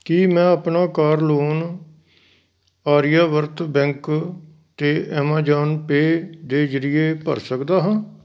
ਕੀ ਮੈਂ ਆਪਣਾ car loan Aryavart bank ਅਤੇ ਐਮਾਜ਼ਾਨ ਪੇ ਦੇ ਜ਼ਰੀਏ ਭਰ ਸਕਦਾ ਹਾਂ